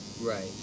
Right